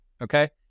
Okay